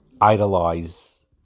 idolize